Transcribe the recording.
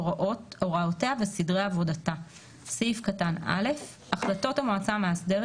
הוראותיה וסדרי עבודתה 8ו. (א)החלטות המועצה המאסדרת